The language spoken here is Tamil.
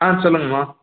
ஆ சொல்லுங்கம்மா